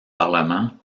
parlement